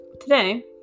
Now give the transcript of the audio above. today